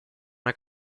una